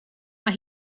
mae